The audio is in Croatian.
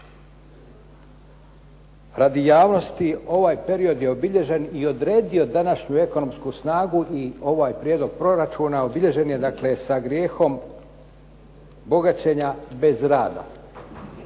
Radi javnosti ovaj period je obilježen i odredio je današnju ekonomsku snagu i ovaj prijedlog proračuna obilježen je sa grijehom bogaćenja bez rada.